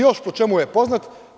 Još po čemu je poznat?